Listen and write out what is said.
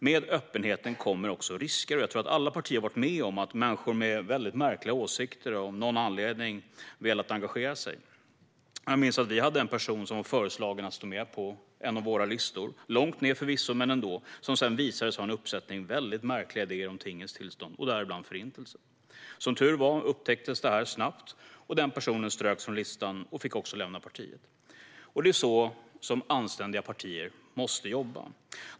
Med öppenheten kommer också risker, och jag tror att alla partier har varit med om att människor med väldigt märkliga åsikter av någon anledning velat engagera sig. Jag minns att vi hade en person som var föreslagen att stå med på en av våra listor, långt ned förvisso, men ändå, som senare visade sig ha en uppsättning väldigt märkliga idéer om tingens tillstånd och däribland Förintelsen. Som tur var upptäcktes det här snabbt och den personen ströks från listan och fick också lämna partiet. Det är så anständiga partier måste jobba.